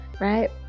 right